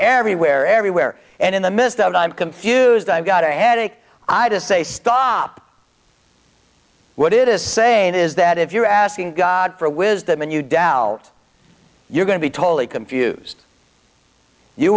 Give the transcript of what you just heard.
everywhere everywhere and in the midst of i'm confused i've got a headache i just say stop what it is saying is that if you're asking god for wisdom and you doubt you're going to be totally confused you